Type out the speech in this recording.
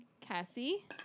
Cassie